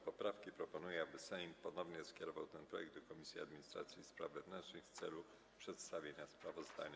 poprawki, proponuję, aby Sejm ponownie skierował ten projekt do Komisji Administracji i Spraw Wewnętrznych w celu przedstawienia sprawozdania.